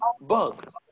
bug